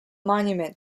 monument